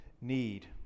need